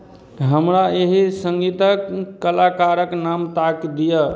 हमरा एहि सङ्गीतक कलाकारक नाम ताकि दिअ